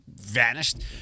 vanished